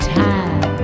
time